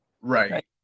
Right